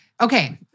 Okay